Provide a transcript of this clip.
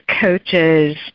coaches